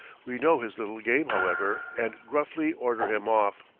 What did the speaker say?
we know his little game, however, and gruffly order him off.